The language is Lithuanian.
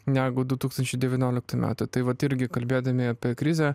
negu du tūkstančiai devynioliktų metų tai vat irgi kalbėdami apie krizę